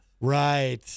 right